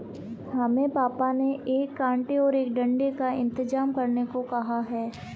हमें पापा ने एक कांटे और एक डंडे का इंतजाम करने को कहा है